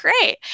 great